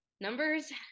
numbers